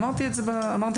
אמרתי את זה בסיכום.